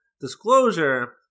disclosure